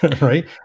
right